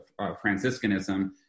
Franciscanism